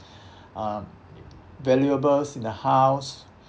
um valuables in the house